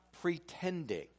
pretending